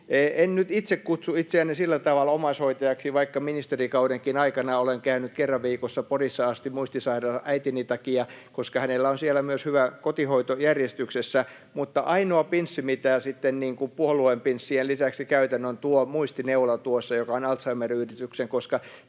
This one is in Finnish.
En nyt itse kutsu itseäni sillä tavalla omaishoitajaksi, vaikka ministerikaudenkin aikana olen käynyt kerran viikossa Porissa asti muistisairaan äitini takia, koska hänellä on siellä myös hyvä kotihoito järjestyksessä. Mutta ainoa pinssi, mitä puolueen pinssien lisäksi käytän, on tuo muistineula tuossa, joka on Alzheimer-yhdistyksen,